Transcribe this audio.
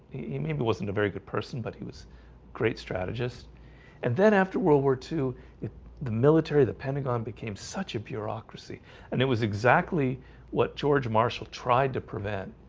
he maybe wasn't a very good person but he was great strategist and then after world war two in the military the pentagon became such a bureaucracy and it was exactly what george marshall tried to prevent.